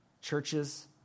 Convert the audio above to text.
churches